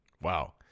Wow